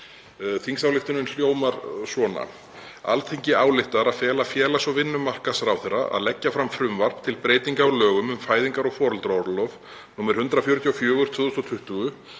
Tillagan hljómar svona: „Alþingi ályktar að fela félags- og vinnumarkaðsráðherra að leggja fram frumvarp til breytinga á lögum um fæðingar- og foreldraorlof, nr. 144/2020,